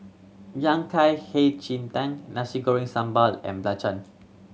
Yang Kai Hei Ji Tang Nasi Goreng Sambal and Belacan